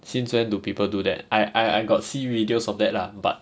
since when do people do that I I got see videos of that lah but